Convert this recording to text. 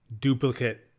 duplicate